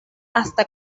hasta